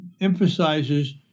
emphasizes